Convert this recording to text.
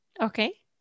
Okay